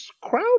crowd